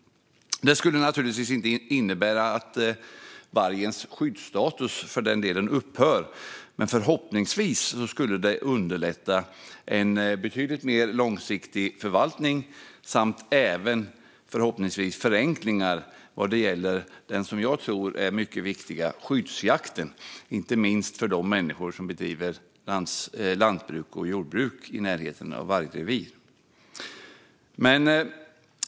Det skulle naturligtvis inte innebära att vargens skyddsstatus därmed upphör. Men förhoppningsvis skulle det underlätta för en betydligt mer långsiktig förvaltning samt även förenklingar när det gäller den - som jag tror - mycket viktiga skyddsjakten, inte minst för de människor som bedriver lantbruk och jordbruk i närheten av vargrevir.